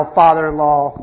father-in-law